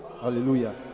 Hallelujah